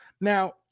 Now